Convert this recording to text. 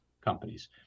companies